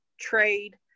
trade